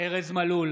ארז מלול,